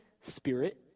spirit